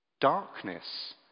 darkness